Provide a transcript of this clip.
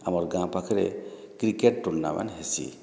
ଆମର୍ ଗାଁ ପାଖରେ କ୍ରିକେଟ୍ ଟୁର୍ନାମେଣ୍ଟ୍ ହେସି